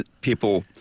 People